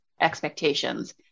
expectations